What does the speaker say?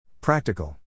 Practical